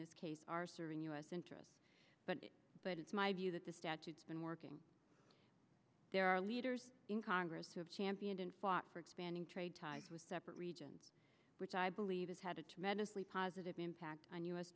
this case are serving us interests but but it's my view that the statutes been working there are leaders in congress who have championed and fought for expanding trade ties with separate regions which i believe has had a tremendously positive impact on